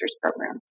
program